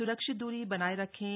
स्रक्षित दूरी बनाए रखें